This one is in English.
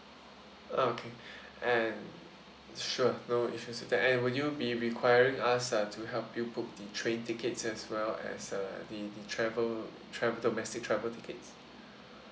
okay and sure no issues with that and would you be requiring us uh to help you book the train tickets as well as uh the the travel travel domestic travel tickets